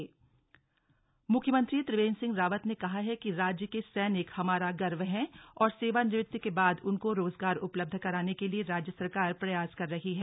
राज्य सैनिक बोर्ड बैठक मुख्यमंत्री त्रिवेंद्र सिंह रावत ने कहा है कि राज्य के सैनिक हमारा गर्व हैं और सेवानिवृत्ति के बाद उनको रोजगार उपलब्ध कराने के लिए राज्य सरकार प्रयास कर रही है